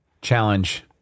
Challenge